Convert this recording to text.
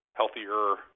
healthier